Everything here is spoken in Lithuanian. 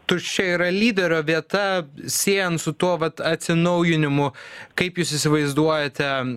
tuščia yra lyderio vieta siejant su tuo vat atsinaujinimu kaip jūs įsivaizduojate